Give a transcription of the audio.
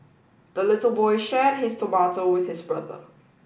the little boy shared his tomato with his brother